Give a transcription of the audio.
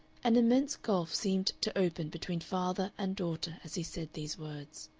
an immense gulf seemed to open between father and daughter as he said these words.